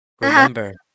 Remember